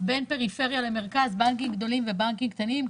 בין פריפריה למרכז, בנקים גדולים ובנקים קטנים.